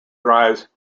drives